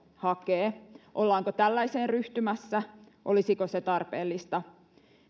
hakee ollaanko tällaiseen ryhtymässä olisiko se tarpeellista